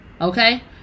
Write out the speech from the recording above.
okay